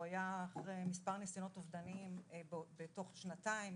הוא היה אחרי מספר ניסיונות אובדניים בתוך שנתיים,